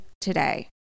today